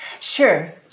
Sure